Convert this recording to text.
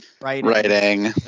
writing